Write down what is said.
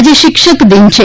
આજે શિક્ષક દિન છે